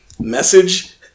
message